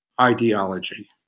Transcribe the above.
ideology